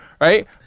right